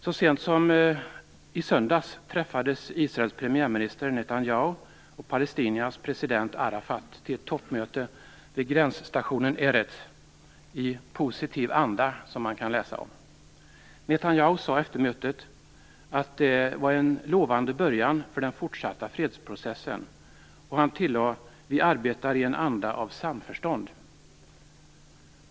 Så sent som i söndags träffades Israels premiärminister Netanyahu och palestiniernas president Arafat till ett toppmöte i positiv anda vid gränsstationen Erez, som man kan läsa om. Netanyahu sade efter mötet att det var en lovande början för den fortsatta fredsprocessen, och han tillade att man arbetar i en anda av samförstånd.